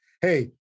Hey